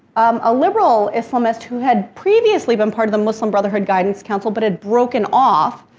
um a liberal islamist, who had previously been part of the muslim brotherhood guidance council but had broken off,